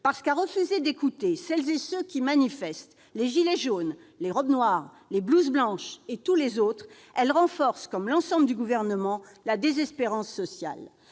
parce que, à refuser d'écouter celles et ceux qui manifestent- les gilets jaunes, les robes noires, les blouses blanches et tous les autres -, elle renforce, comme l'ensemble des membres du Gouvernement, la désespérance sociale.